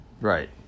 Right